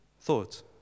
Thoughts